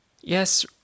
Yes